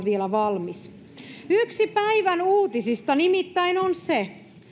vielä valmis yksi päivän uutisista nimittäin on se